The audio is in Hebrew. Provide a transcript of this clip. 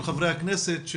חברי הכנסת,